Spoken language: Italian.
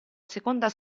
seconda